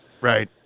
Right